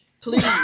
Please